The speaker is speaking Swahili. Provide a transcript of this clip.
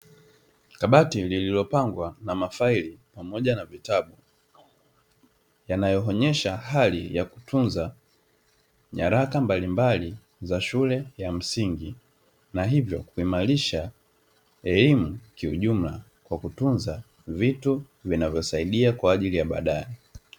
Kabati lililopangwa na mafaili pamoja na vitabu, yanayoonyesha hali ya kutunza nyaraka mbalimbali za shule ya msingi na hivyo kuimarisha elimu kiujumla, kwa kutunza vitu vinavyosaidia kwa ajili ya baadaye.